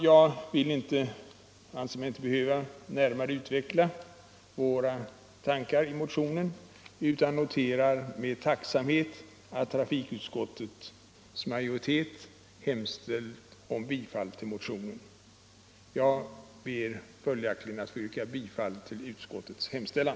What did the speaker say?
Jag anser mig inte behöva närmare utveckla våra tankar i motionen utan noterar med tacksamhet att trafikutskottets majoritet har hemställt om bifall till densamma. Jag yrkar följaktligen bifall till utskottets hemställan.